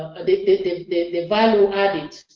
the the value added